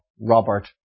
Robert